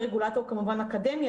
היא רגולטור אקדמי,